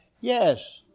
yes